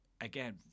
again